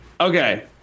Okay